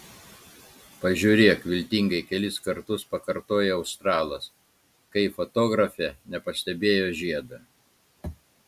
pažiūrėk viltingai kelis kartus pakartojo australas kai fotografė nepastebėjo žiedo